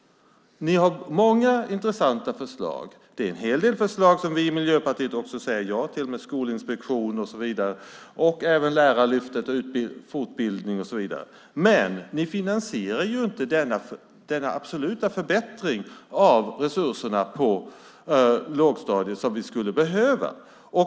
Ni har många intressanta förslag. Det är en hel del förslag som också vi i Miljöpartiet säger ja till om skolinspektion, Lärarlyftet, fortbildning och så vidare. Men ni finansierar inte denna absoluta förbättring av resurserna på lågstadiet som vi skulle behöva.